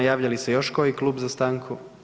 Javlja li se još koji klub za stanku?